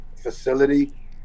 facility